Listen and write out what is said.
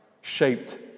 shaped